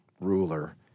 ruler